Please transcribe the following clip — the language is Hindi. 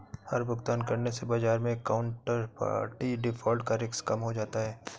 हर भुगतान करने से बाजार मै काउन्टरपार्टी डिफ़ॉल्ट का रिस्क कम हो जाता है